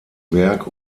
werk